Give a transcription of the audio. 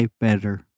better